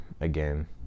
again